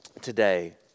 today